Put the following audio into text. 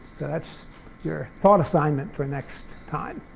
that's your thought assignment for next time,